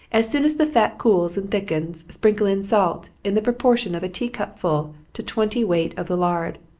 as soon as the fat cools and thickens, sprinkle in salt, in the proportion of a tea-cup full to twenty weight of the lard.